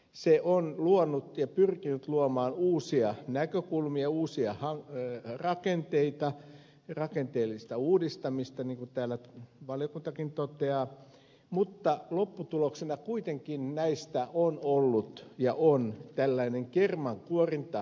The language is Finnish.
se on luonut ja pyrkinyt luomaan uusia näkökulmia uusia rakenteita rakenteellista uudistamista niin kuin täällä valiokuntakin toteaa mutta lopputuloksena kuitenkin näistä on ollut ja on tällainen kermankuorintamenettely